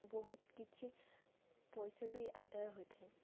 ବହୁତ କିଛି ପଇସା ବି ଆଦାୟ ହୋଇଥାଏ